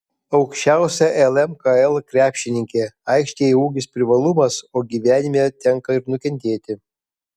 aukščiausia lmkl krepšininkė aikštėje ūgis privalumas o gyvenime tenka ir nukentėti